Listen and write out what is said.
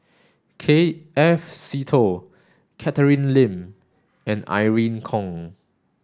K F Seetoh Catherine Lim and Irene Khong